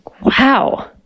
Wow